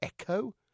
Echo